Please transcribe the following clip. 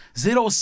zero